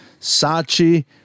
sachi